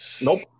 Nope